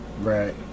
Right